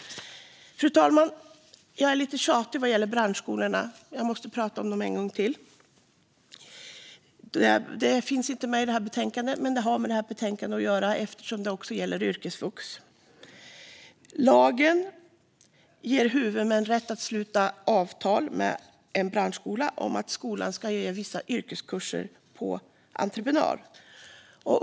Fru talman! Jag är lite tjatig vad gäller branschskolorna - jag måste prata om dem en gång till. Frågan finns inte med i det här betänkandet men har med det att göra eftersom det även gäller yrkesvux. Lagen ger huvudmän rätt att sluta avtal med en branschskola om att skolan ska ge vissa yrkeskurser på entreprenad.